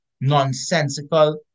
nonsensical